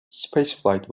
spaceflight